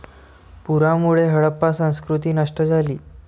पुरामुळे हडप्पा संस्कृती नष्ट झाली